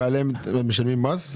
ועליהן משלמים מס?